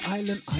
Island